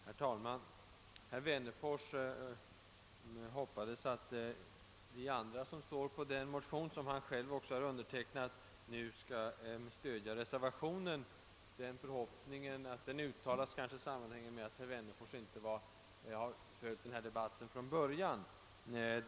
Herr talman! Herr Wennerfors sade sig hoppas att vi, som undertecknat samma motion som herr Wennerfors, nu skall stödja reservationen. Att herr Wennerfors uttalar den förhoppningen hänger kanske samman med att han inte har följt denna debatt från början.